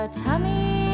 tummy